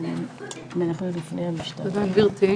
תודה גברתי.